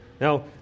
Now